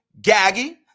gaggy